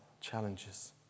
challenges